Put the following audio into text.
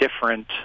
different